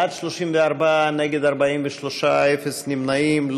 בעד, 34, נגד, 43, אפס נמנעים.